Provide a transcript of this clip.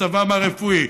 מצבם הרפואי,